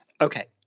okay